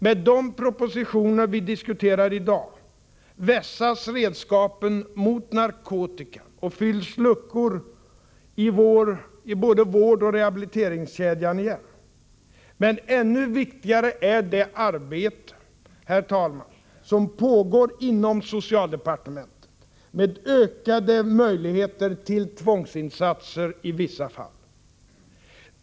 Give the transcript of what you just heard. Med de propositioner vi diskuterar i dag vässas redskapen mot narkotikan och fylls luckor i vårdoch rehabiliteringskedjan igen. Men ännu viktigare, herr talman, är det arbete som pågår inom socialdepartementet för att ge ökade möjligheter till tvångsinsatser i vissa fall.